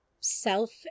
self